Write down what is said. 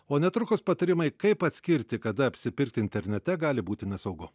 o netrukus patarimai kaip atskirti kada apsipirkti internete gali būti nesaugu